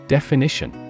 Definition